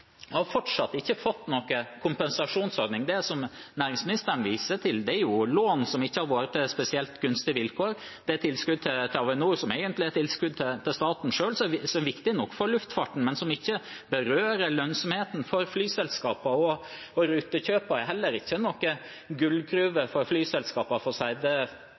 har fortsatt ikke fått noen kompensasjonsordning. Det som næringsministeren viser til, er lån som ikke har vært til spesielt gunstige vilkår. Det er tilskudd til Avinor, som egentlig er tilskudd til staten selv, som er viktig nok for luftfarten, men som ikke berører lønnsomheten for flyselskapene. Rutekjøpene er heller ikke noen gullgruve for flyselskapene, for